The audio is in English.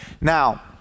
Now